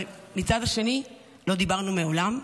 אבל מצד שני לא דיברנו מעולם,